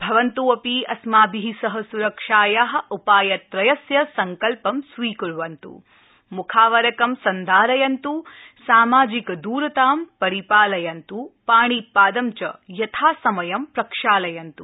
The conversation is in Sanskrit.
भवन्त अपि अस्माभि सह सुरक्षाया उपाय त्रयस्य सङ्कल्प स्वीकर्वन्त मख आवरक सन्धारयन्त सामाजिक द्रतां पालयन्त् पाणि पादं च यथा समयं प्रक्षालयन्तु